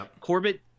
Corbett